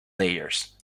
layers